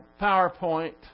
PowerPoint